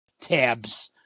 tabs